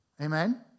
Amen